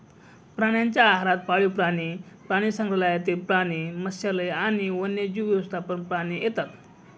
प्राण्यांच्या आहारात पाळीव प्राणी, प्राणीसंग्रहालयातील प्राणी, मत्स्यालय आणि वन्यजीव व्यवस्थापन प्राणी येतात